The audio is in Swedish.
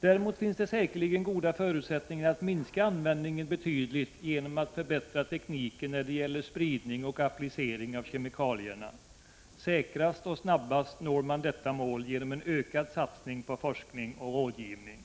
Däremot finns det säkerligen goda förutsättningar att minska användningen betydligt genom att förbättra tekniken när det gäller spridning och applicering av kemikalierna. Säkrast och snabbast når man detta mål genom en ökad satsning på forskning och rådgivning.